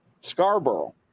scarborough